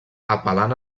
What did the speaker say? apel·lant